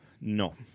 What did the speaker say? No